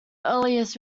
earliest